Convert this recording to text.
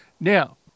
Now